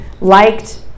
liked